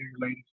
ladies